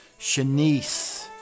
Shanice